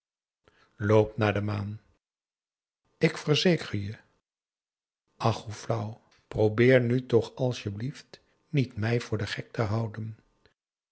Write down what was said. loop naar de maan ik verzeker je och hoe flauw probeer nu toch asjeblieft niet mij voor den gek te houden